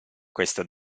questa